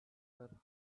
her